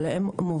אבל הם המובילים.